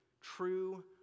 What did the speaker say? true